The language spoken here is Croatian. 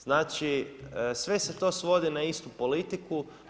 Znači, sve se to svodi na istu politiku.